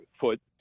foot